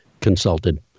consulted